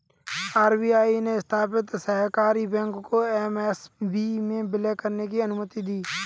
RBI ने स्थापित सहकारी बैंक को एस.एफ.बी में विलय करने की अनुमति दी